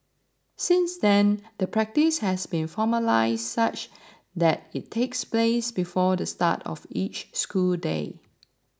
since then the practice has been formalised such that it takes place before the start of each school day